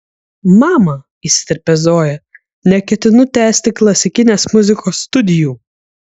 mama įsiterpia zoja neketinu tęsti klasikinės muzikos studijų